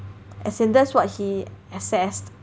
as in that's what he assessed